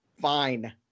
fine